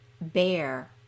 bear